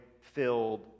filled